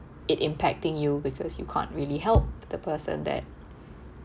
it impacting you because you can't really help the person that